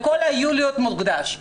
לכל היוליות מוקדש.